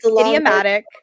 Idiomatic